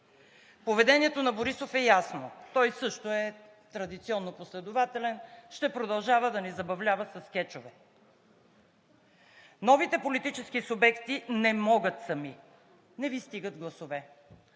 Поведението на Борисов е ясно – също е традиционно непоследователен и ще продължава да ни забавлява със скечове. Новите политически субекти не могат сами, не Ви стигат гласове,